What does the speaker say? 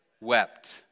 wept